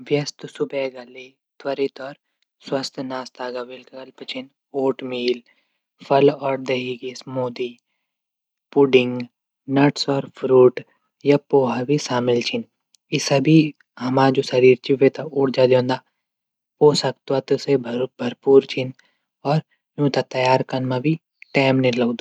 व्यस्त सुबेर त्वरित स्वस्थ नाश्ता विकल्प छन ओट मिल्क फल और दही क स्मूदी पुढिंग नटस और फ्रूट या पोहा भी शामिल च ई सभी जू हमर जू शरीर च वे थै ऊर्जा दिंदा पोषक तत्व से भरपूर छन। और यूं तै तयार कन मा भी टैम नी लगदू।